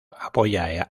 apoya